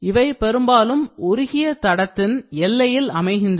இவை பெரும்பாலும் உருகிய தடத்தின் எல்லையில் அமைகின்றன